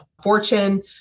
Fortune